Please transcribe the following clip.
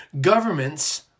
Governments